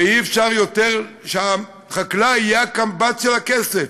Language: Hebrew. ואי-אפשר יותר שהחקלאי יהיה הקמב"ץ של הכנסת.